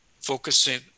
focusing